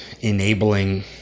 enabling